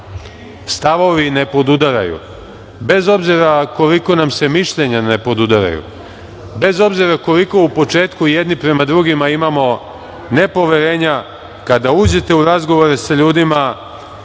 stavovi ne podudaraju, bez obzira koliko nam se mišljenja ne podudaraju, bez obzira koliko u početku jedni prema drugima imamo nepoverenja, kada uđete u razgovore sa ljudima,